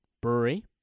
Brewery